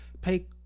pay